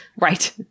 right